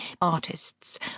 Artists